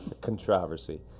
Controversy